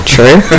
True